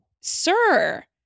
sir